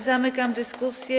Zamykam dyskusję.